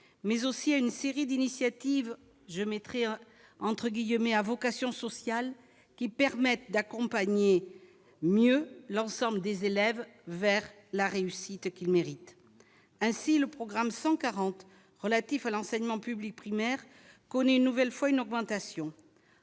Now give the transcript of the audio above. mais aussi à une série d'initiatives je mettrais entre guillemets à vocation sociale qui permettent d'accompagner mieux l'ensemble des élèves vers la réussite qu'il mérite ainsi le programme 140 relatif à l'enseignement public primaire connaît une nouvelle fois une augmentation,